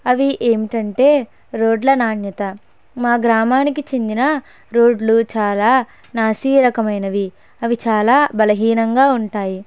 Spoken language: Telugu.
అవి ఏమిటంటే రోడ్ల నాణ్యత మా గ్రామానికి చెందిన రోడ్లు చాలా నాసిరకమైనవి అవి చాలా బలహీనంగా ఉంటాయి